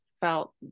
felt